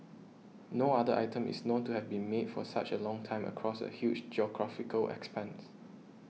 no other item is known to have been made for such a long time across a huge geographical expanse